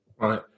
Right